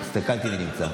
הסתכלתי מי נמצא.